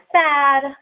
sad